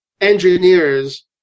engineers